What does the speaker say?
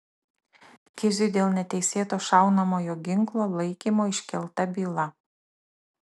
kiziui dėl neteisėto šaunamojo ginklo laikymo iškelta byla